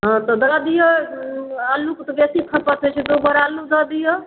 हाँ तऽ दऽ दिऔ अल्लूके तऽ बेसी खपत होइ छै तऽ दुइ बोरा अल्लू दऽ दिऔ